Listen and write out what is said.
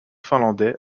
finlandais